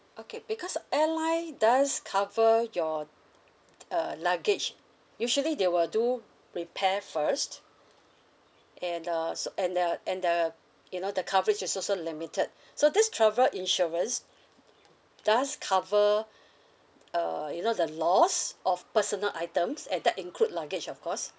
okay because airline does cover your uh luggage usually they will do prepare first and uh so and there are and the you know the coverage is also limited so this travel insurance does cover uh you know the loss of personal items and that include luggage of course